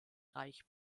reich